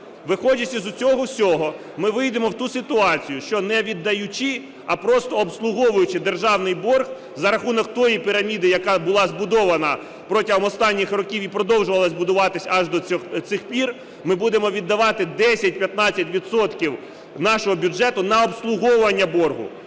Виходячи з усього цього, ми вийдемо в ту ситуацію, що, не віддаючи, а просто обслуговуючи державний борг за рахунок тієї піраміди, яка була збудована протягом останніх років і продовжувалась будуватись аж до цих пір, ми будемо віддавати 10-15 відсотків нашого бюджету на обслуговування боргу,